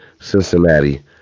Cincinnati